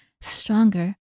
stronger